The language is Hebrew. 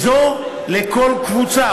אזור לכל קבוצה,